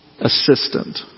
assistant